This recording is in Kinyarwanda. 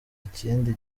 ikindi